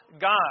God